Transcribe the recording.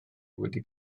wedi